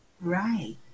Right